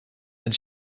and